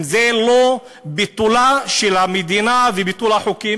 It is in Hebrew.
אם זה לא ביטולה של המדינה וביטול החוקים,